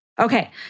Okay